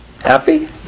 Happy